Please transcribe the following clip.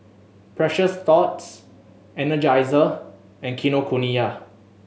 Precious Thots Energizer and Kinokuniya